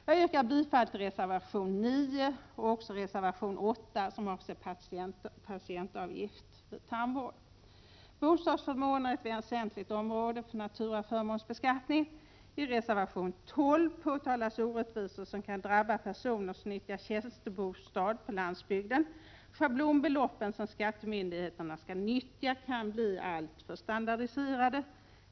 Jag yrkar bifall till reservation 9 och också till reservation 8, som avser patientavgiften vid tandvård. Bostadsförmåner är också ett väsentligt område för naturaförmånsbeskattning. I reservation 12 påtalas orättvisor som kan drabba personer som nyttjar tjänstebostad på landsbygden. Schablonbeloppen som skattemyndigheterna skall nyttja kan bli alltför standardiserade.